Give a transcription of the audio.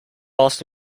cast